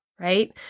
right